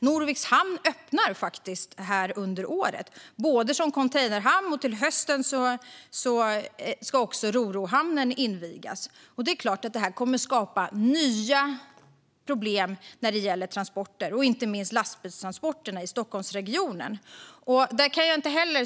Norviks hamn öppnar faktiskt under året, först som containerhamn och till hösten ska rorohamnen invigas. Det är klart att det här kommer att skapa nya problem inte minst när det gäller lastbilstransporterna i Stockholmsregionen.